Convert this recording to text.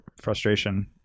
frustration